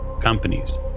companies